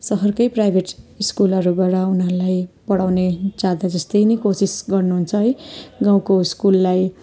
सहरकै private स्कुलहरूबाट उनीहरूलाई पढाउने ज्यादा जस्तै नै कोसिस गर्नुहुन्छ है गाउँको स्कुललाई